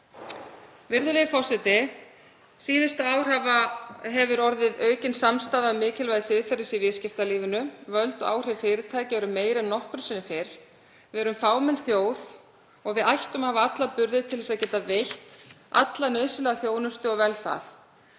Virðulegi forseti. Síðustu ár hefur orðið aukin samstaða um mikilvægi siðferðis í viðskiptalífinu. Völd og áhrif fyrirtækja eru meiri en nokkru sinni fyrr. Við erum fámenn þjóð og við ættum að hafa alla burði til þess að geta veitt alla nauðsynlega þjónustu og vel það.